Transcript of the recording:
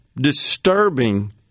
disturbing